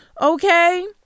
okay